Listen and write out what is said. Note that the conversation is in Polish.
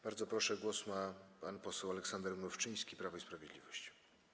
Bardzo proszę, głos ma pan poseł Aleksander Mrówczyński, Prawo i Sprawiedliwość.